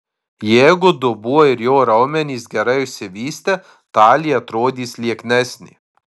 jeigu dubuo ir jo raumenys gerai išsivystę talija atrodys lieknesnė